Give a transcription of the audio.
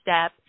step